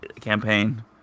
campaign